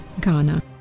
Ghana